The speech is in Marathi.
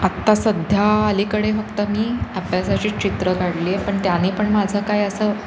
आत्ता सध्या आलीकडे फक्त मी अभ्यासाची चित्रं काढली आहे पण त्याने पण माझं काय असं